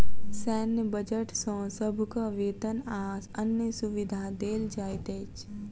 सैन्य बजट सॅ सभक वेतन आ अन्य सुविधा देल जाइत अछि